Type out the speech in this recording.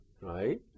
right